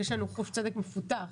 כי יש לנו חוש צדק מפותח.